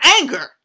anger